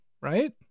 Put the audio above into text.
Right